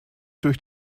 durch